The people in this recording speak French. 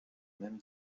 même